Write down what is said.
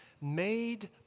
made